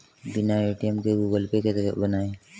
बिना ए.टी.एम के Google Pay कैसे बनायें?